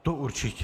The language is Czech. To určitě.